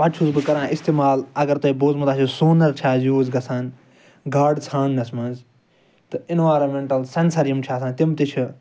پَتہٕ چھُس بہٕ کَران اِستعمال اگر تۄہہِ بوٗزمُت آسیٚو سونل چھ آز یوٗز گَژھان گاڈٕ ژھانڈنَس مَنز تہٕ انوَرَمنٹَل سیٚنسَر یِم آسان چھِ تِم تہِ چھِ